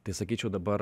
tai sakyčiau dabar